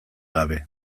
gabe